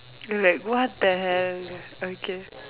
you like what the hell okay